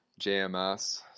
JMS